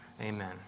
Amen